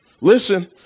Listen